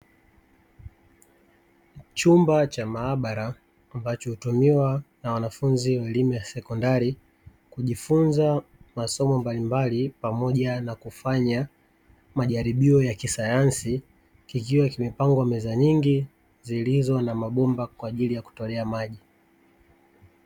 Chumba cha maabara ambacho hutumiwa na wanafunzi wa elimu ya sekondari, kujifunza masomo mbalimbali pamoja na kufanya majaribio ya kisayansi kikiwa kimepangwa meza nyingi zilizo na mabomba kwa ajili ya kutolea maji.